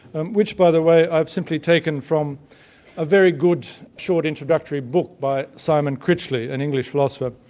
and which by the way, i've simply taken from a very good short introductory book by simon critchley, an english philosopher,